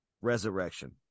Resurrection